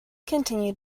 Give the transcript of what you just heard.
continued